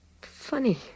Funny